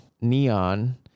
Neon